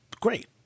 great